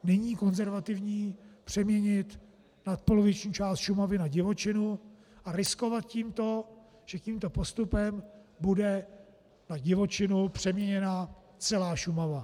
Není konzervativní přeměnit nadpoloviční část Šumavy na divočinu a riskovat tím, že tímto postupem bude na divočinu přeměněna celá Šumava.